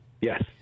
Yes